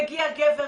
מגיע גבר